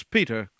Peter